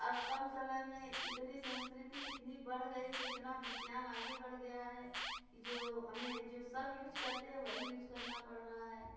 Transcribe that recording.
अब कम समय में इतनी संस्कृति इतनी बढ़ गई है इतना विज्ञान आगे बढ़ गया है कि जो हमें जो सब यूज करते है वही यूज करना पड़ रहा है